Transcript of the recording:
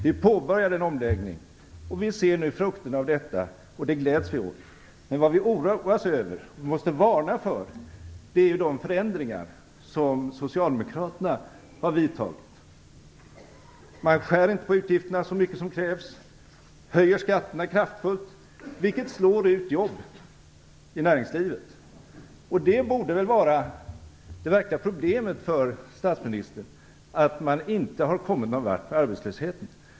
Vi påbörjade en omläggning, och vi ser nu frukterna av detta. Det gläds vi åt. Men vad vi oroas över och måste varna för är de förändringar som Socialdemokraterna har gjort. Man skär inte på utgifterna så mycket som krävs, och man höjer skatterna kraftfullt, vilket slår ut jobb i näringslivet. Det borde väl vara det verkliga problemet för statsministern, dvs. att man inte har kommit någon vart med arbetslösheten.